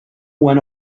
went